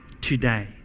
today